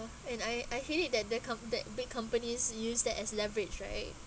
and I I hate it that the com~ that big companies use that as leverage right